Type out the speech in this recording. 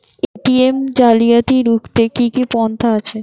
ATM জালিয়াতি রুখতে কি কি পন্থা আছে?